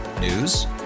News